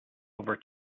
over